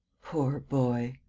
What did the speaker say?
poor boy!